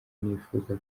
nifuza